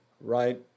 right